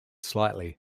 slightly